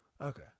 Okay